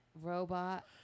Robot